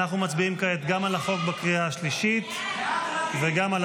אנחנו מצביעים כעת גם על החוק בקריאה השלישית וגם על